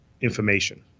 information